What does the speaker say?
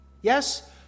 Yes